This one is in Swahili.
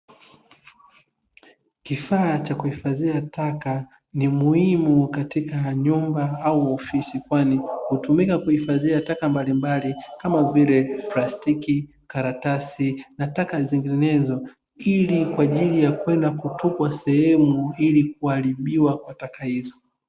Kifaa cha kuhifadhia taka ni muhimu katika nyumba au ofisi, kwani hutumika kuhifadhia taka mbalimbali, kama vile:: plastiki, karatasi na taka nyinginezo; ili kwa ajili ya kwenda kutupwa sehemu ili kuharibiwa kwa taka hizo.